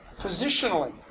Positionally